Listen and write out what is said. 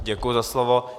Děkuji za slovo.